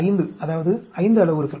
25 அதாவது 5 அளவுருக்கள்